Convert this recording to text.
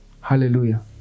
Hallelujah